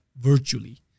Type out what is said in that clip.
virtually